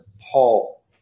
Paul